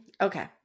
Okay